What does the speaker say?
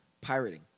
pirating